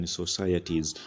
societies